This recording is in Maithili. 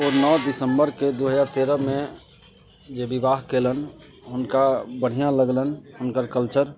ओ नओ दिसम्बरके दुइ हजार तेरहमे जे बिआह कएलनि हुनका बढ़िआँ लगलनि हुनकर कल्चर